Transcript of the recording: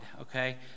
okay